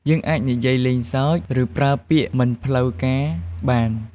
យើងអាចនិយាយលេងសើច ឬប្រើពាក្យមិនផ្លូវការបាន។